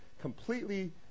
completely